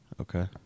Okay